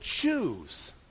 choose